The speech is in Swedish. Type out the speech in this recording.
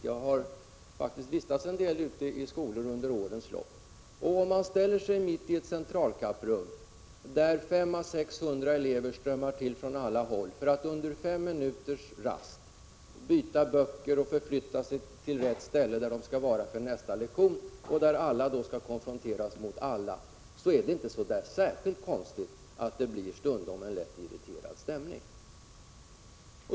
Jag har faktiskt vistats en del ute i skolor under årens lopp, och om man ställer sig mitt i ett centralkapprum, där 500 å 600 elever strömmar till från alla håll för att under fem minuters rast byta böcker och förflytta sig till rätt ställe, där de skall vara för nästa lektion, och alla skall konfronteras med alla, så tycker man inte att det är särskilt konstigt att det stundom blir en lätt irriterad stämning.